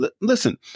Listen